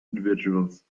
individuals